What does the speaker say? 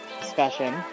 discussion